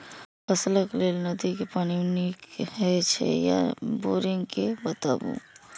फसलक लेल नदी के पानी नीक हे छै या बोरिंग के बताऊ?